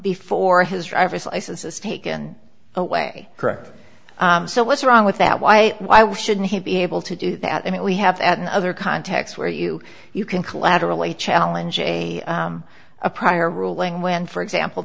before his driver's license is taken away correct so what's wrong with that why why why shouldn't he be able to do that i mean we have add in other contexts where you you can collateral a challenge a a prior ruling when for example